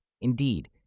Indeed